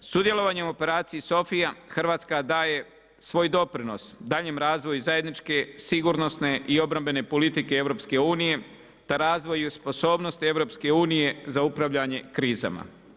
Sudjelovanjem operaciji SOPHIJA, Hrvatska daje svoj doprinos daljnjim razvoju i zajedničke sigurnosne i obrambene politike EU, te razvoju i sposobnost EU, za upravljanje krizama.